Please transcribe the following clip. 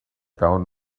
down